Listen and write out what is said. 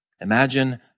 Imagine